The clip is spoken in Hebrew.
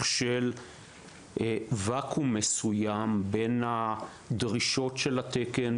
של ואקום מסוים בין הדרישות של התקן,